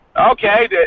Okay